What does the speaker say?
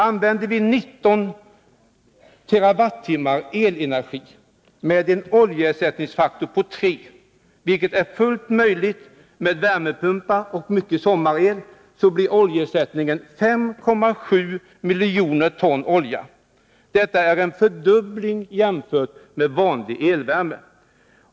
Använder vi 19 TWh elenergi med en oljeersättningsfaktor på 3, vilket är fullt möjligt med värmepumpar och mycket sommarel, så blir oljeersättningen 5,7 miljoner ton olja. Detta är en fördubbling jämfört med vanlig elvärme.